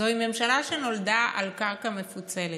"זוהי ממשלה שנולדה על קרקע מפוצלת,